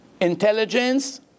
intelligence